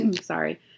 sorry